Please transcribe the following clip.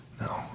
No